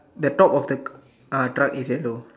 the top of the ah truck is yellow